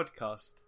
podcast